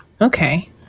Okay